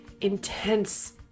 intense